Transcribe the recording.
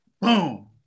boom